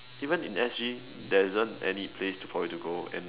even in S_G there isn't any place for you to go and